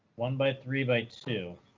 one by three by two.